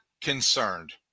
concerned